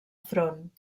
front